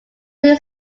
niece